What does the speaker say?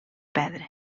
perdre